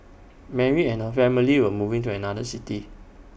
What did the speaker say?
Mary and her family were moving to another city